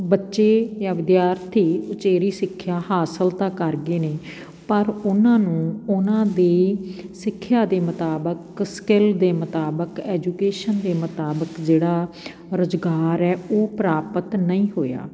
ਬੱਚੇ ਜਾਂ ਵਿਦਿਆਰਥੀ ਉਚੇਰੀ ਸਿੱਖਿਆ ਹਾਸਲ ਤਾਂ ਕਰ ਗਏ ਨੇ ਪਰ ਉਨ੍ਹਾਂ ਨੂੰ ਉਨ੍ਹਾਂ ਦੀ ਸਿੱਖਿਆ ਦੇ ਮੁਤਾਬਕ ਸਕਿੱਲ ਦੇ ਮੁਤਾਬਕ ਐਜੂਕੇਸ਼ਨ ਦੇ ਮੁਤਾਬਕ ਜਿਹੜਾ ਰੁਜ਼ਗਾਰ ਹੈ ਉਹ ਪ੍ਰਾਪਤ ਨਹੀਂਂ ਹੋਇਆ